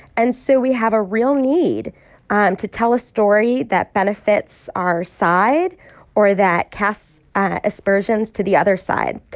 and so we have a real need um to tell a story that benefits our side or that casts aspersions to the other side,